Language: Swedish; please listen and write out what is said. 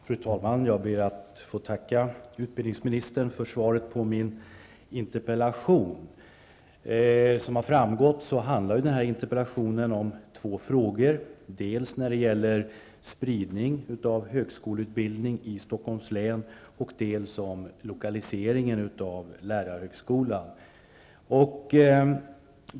Fru talman! Jag ber att få tacka utbildningsministern för svaret på min interpellation. Som har framgått handlar interpellationen om två frågor dels spridning av högskoleutbildning i Stockholms län, dels lokaliseringen av lärarhögskolan.